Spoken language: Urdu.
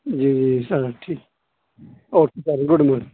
جی جی سر ٹھیک اوکے سر گڈ مارننگ